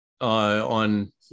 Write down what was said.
on